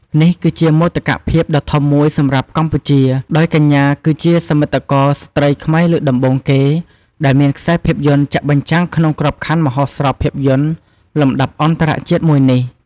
នេះគឺជាមោទកភាពដ៏ធំមួយសម្រាប់កម្ពុជា ដោយកញ្ញាគឺជា សមិទ្ធករស្រ្តីខ្មែរលើកដំបូងគេ ដែលមានខ្សែភាពយន្តចាក់បញ្ចាំងក្នុងក្របខ័ណ្ឌមហោស្រពភាពយន្តលំដាប់អន្តរជាតិមួយនេះ។